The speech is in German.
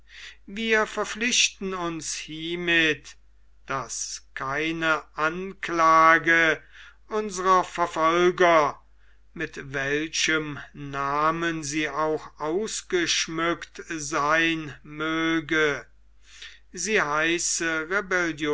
wir verpflichten uns hiemit daß keine anklage unsrer verfolger mit welchem namen sie auch ausgeschmückt sein möge sie heiße